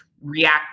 react